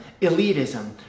elitism